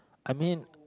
I mean